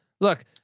Look